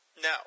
No